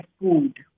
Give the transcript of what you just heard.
food